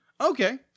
Okay